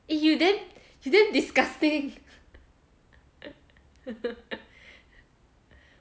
eh you damn you damn disgusting